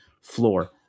floor